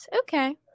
okay